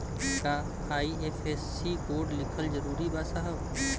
का IFSC code लिखल जरूरी बा साहब?